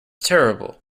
terrible